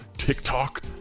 TikTok